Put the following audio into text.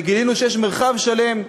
גילינו שיש מרחב שלם,